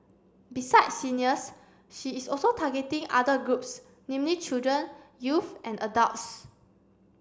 besides seniors she is also targeting other groups namely children youth and adults